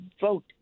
vote